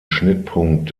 schnittpunkt